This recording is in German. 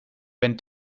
wenn